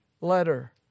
letter